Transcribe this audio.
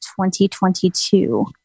2022